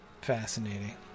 fascinating